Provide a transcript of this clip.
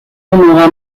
muga